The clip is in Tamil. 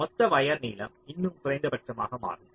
மொத்த வயர் நீளம் இன்னும் குறைந்தபட்சமாக மாறும